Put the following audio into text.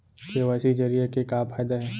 KYC जरिए के का फायदा हे?